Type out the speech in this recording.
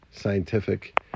scientific